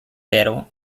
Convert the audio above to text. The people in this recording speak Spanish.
pero